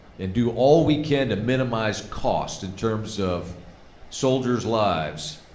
and do all we can to minimize cost in terms of soldiers' lives